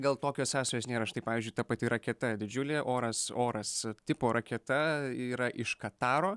gal tokios sąsajos nėra štai pavyzdžiui ta pati raketa didžiulė oras oras tipo raketa yra iš kataro